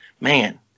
Man